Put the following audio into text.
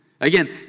Again